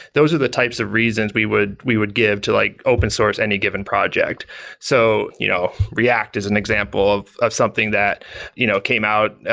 those are the types of reasons we would we would give to like open source any given project. so you know react is an example of of something that you know came out,